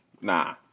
nah